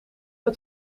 het